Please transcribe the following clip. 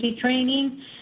training